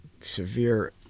severe